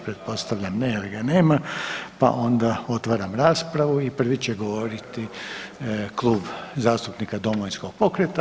Pretpostavljam ne jer ga nema, pa onda otvaram raspravu i prvi će govoriti Klub zastupnika Domovinskog pokreta.